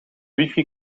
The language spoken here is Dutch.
wifi